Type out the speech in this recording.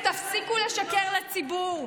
ותפסיקו לשקר לציבור.